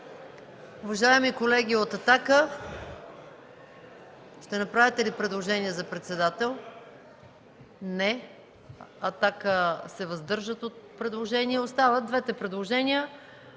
Уважаеми колеги от „Атака”, ще направите ли предложение за председател? Не. „Атака” се въздържат от предложения. Остават двете предложения: